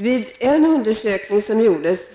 Vid en undersökning som gjordes